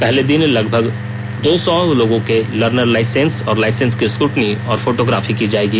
पहले दिन लगभग दो सौ लोगों के लर्नर लाइसेंस और लाइसेंस की स्क्रटनी और फोटोग्राफी की जायेगी